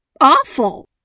awful